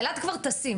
אילת כבר טסים.